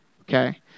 Okay